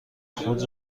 خود